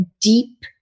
deep